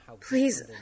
Please